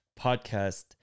Podcast